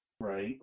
Right